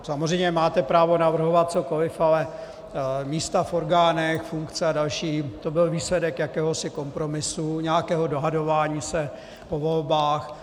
Samozřejmě máte právo navrhovat cokoli, ale místa v orgánech, funkce a další, to byl výsledek jakéhosi kompromisu, nějakého dohadování se po volbách.